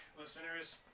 listeners